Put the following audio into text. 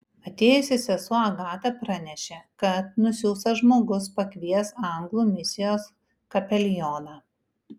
atėjusi sesuo agata pranešė kad nusiųstas žmogus pakvies anglų misijos kapelioną